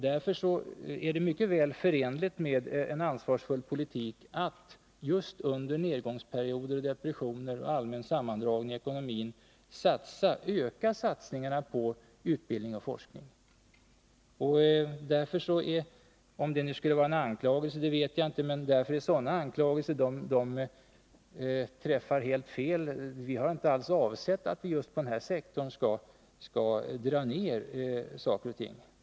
Därför är det mycket väl förenligt med en ansvarsfull politik att just under nedgångsperioder, depressioner och en allmän sammandragning i ekonomin öka satsningarna på utbildning och forskning. Anklagelserna på den här punkten — om det nu var sådana — träffar därför helt fel. Vi har inte alls avsett att dra ned just inom den här sektorn.